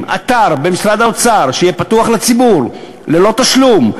אתר במשרד האוצר שיהיה פתוח לציבור ללא תשלום,